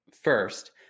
First